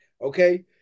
Okay